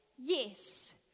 Yes